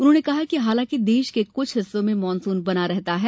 उन्होंने कहा कि हालांकि देश के कुछ हिस्सों में मानसून बना रहता है